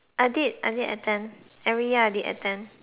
I did I did attend every year I did attend